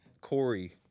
Corey